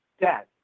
dad